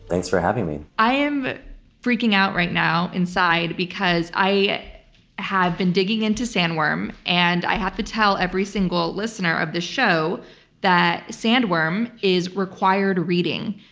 thanks for having me. i am freaking out right now inside because i had been digging into sandworm, and i have to tell every single listener of the show that sandworm is required reading.